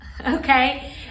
okay